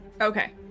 okay